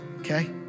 Okay